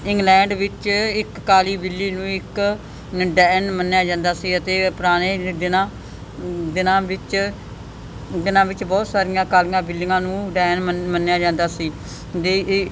England ਵਿੱਚ ਇੱਕ ਕਾਲੀ ਬਿੱਲੀ ਨੂੰ ਇੱਕ ਡੈਨ ਮੰਨਿਆ ਜਾਂਦਾ ਸੀ ਅਤੇ ਪੁਰਾਣੇ ਦਿਨਾਂ ਦਿਨਾਂ ਵਿੱਚ ਦਿਨਾਂ ਵਿੱਚ ਬਹੁਤ ਸਾਰੀਆਂ ਕਾਲੀਆਂ ਬਿੱਲੀਆਂ ਨੂੰ ਡੈਨ ਮੰਨ ਮੰਨਿਆ ਜਾਂਦਾ ਸੀ ਅਤੇ